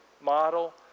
model